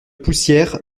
poussière